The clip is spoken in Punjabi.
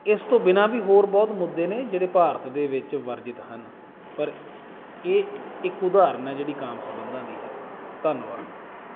ਇਸ ਤੋਂ ਬਿਨਾ ਵੀ ਹੋਰ ਬਹੁਤ ਮੁੱਦੇ ਨੇ ਜਿਹੜੇ ਭਾਰਤ ਦੇ ਵਿੱਚ ਵਰਜਿਤ ਹਨ ਪਰ ਇਹ ਇੱਕ ਉਦਾਹਰਨ ਹੈ ਜਿਹੜੀ ਕਾਮ ਸੰਬੰਧਾਂ ਦੀ ਹੈ ਧੰਨਵਾਦ